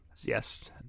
Yes